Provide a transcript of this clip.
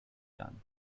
done